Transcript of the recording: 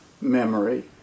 memory